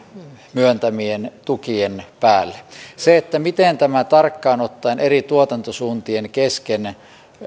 myöntämien tukien päälle se miten tämä tarkkaan ottaen eri tuotantosuuntien kesken